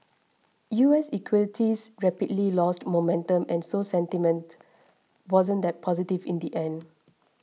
U S equities rapidly lost momentum and so sentiment wasn't that positive in the end